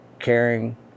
caring